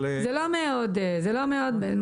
זה לא מאוד משמעותי.